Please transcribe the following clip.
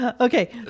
Okay